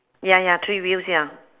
ya ya three wheels ya